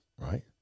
right